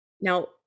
Now